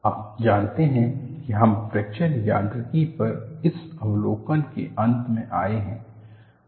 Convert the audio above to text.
books and reference आप जानते हैं कि हम फ्रैक्चर यांत्रिकी पर इस अवलोकन के अंत में आए हैं